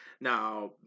Now